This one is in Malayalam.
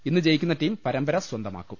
ഇന്ന് ജയിക്കുന്ന ടീം പരമ്പര സ്വന്തമാക്കും